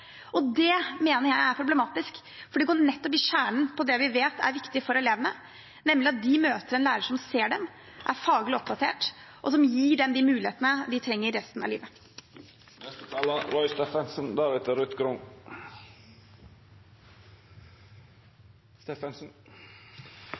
Det mener jeg er problematisk, for det går nettopp til kjernen av det vi vet er viktig for elevene, nemlig at de møter en lærer som ser dem, er faglig oppdatert, og som gir dem de mulighetene de trenger resten av